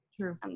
True